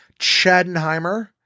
Chaddenheimer